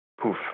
poof